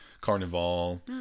Carnival